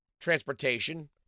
transportation